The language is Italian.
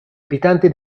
abitanti